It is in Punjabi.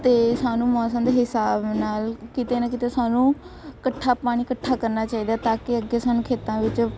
ਅਤੇ ਸਾਨੂੰ ਮੌਸਮ ਦੇ ਹਿਸਾਬ ਨਾਲ ਕਿਤੇ ਨਾ ਕਿਤੇ ਸਾਨੂੰ ਇਕੱਠਾ ਪਾਣੀ ਇਕੱਠਾ ਕਰਨਾ ਚਾਹੀਦਾ ਤਾਂ ਕਿ ਅੱਗੇ ਸਾਨੂੰ ਖੇਤਾਂ ਵਿੱਚ